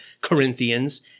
Corinthians